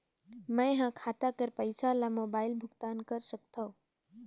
मैं ह खाता कर पईसा ला मोबाइल भुगतान कर सकथव?